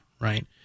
right